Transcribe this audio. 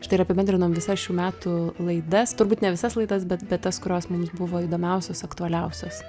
štai ir apibendrinom visas šių metų laidas turbūt ne visas laidas bet bet tas kurios mums buvo įdomiausios aktualiausios